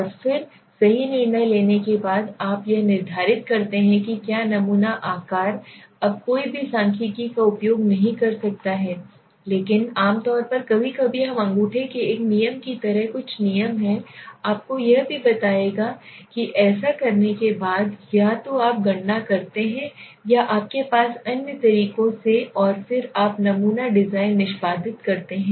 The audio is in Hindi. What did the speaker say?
और फिर सही निर्णय लेने के बाद आप यह निर्धारित करते हैं कि क्या नमूना आकार अब कोई भी सांख्यिकीय का उपयोग नहीं कर सकता है लेकिन आमतौर पर कभी कभी हम अंगूठे के एक नियम की तरह कुछ नियम हैं आपको यह भी बताएगा कि ऐसा करने के बाद या तो आप गणना करते हैं या आपके पास या अन्य तरीकों से और फिर आप नमूना डिजाइन निष्पादित करते हैं